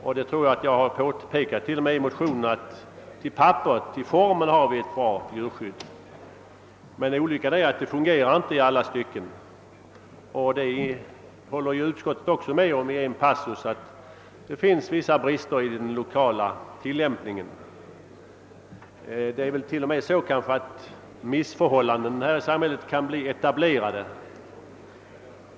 Jag tror att jag t.o.m. har påpekat i min motion att vi på papperet har ett bra djurskydd, men olyckan är att det inte fungerar i alla stycken. Utskottet håller också i en passus med om att det finns vissa brister i den lokala tilllämpningen. Kanske förhåller det sig rent av så, att missförhållanden i vårt samhälle kan bli etablerade.